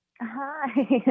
hi